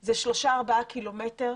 אלא הן שלושה-ארבעה קילומטרים,